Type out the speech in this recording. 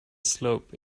slope